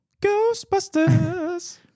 Ghostbusters